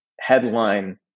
headline